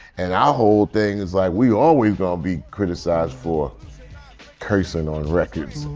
and our whole thing is, like, we always going to be criticized for cursing on records.